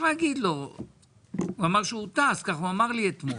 הוא אמר שהוא טס, כך הוא אמר לי אתמול,